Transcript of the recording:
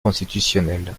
constitutionnelle